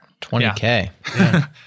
20K